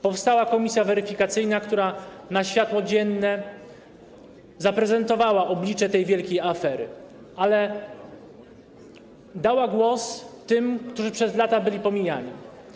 Powstała komisja weryfikacyjna, która wyciągnęła na światło dzienne, zaprezentowała oblicze tej wielkiej afery, ale też oddała głos tym, którzy przez lata byli pomijani.